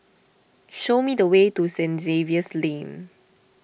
show me the way to Saint Xavier's Lane